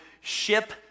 ship